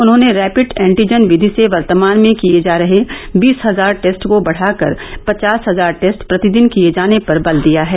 उन्होंने rapid antigen विधि से वर्तमान में किए जा रहे बीस हजार टेस्ट को बढ़ाकर पचास हजार टेस्ट प्रतिदिन किए जाने पर बल दिया है